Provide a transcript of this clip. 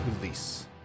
release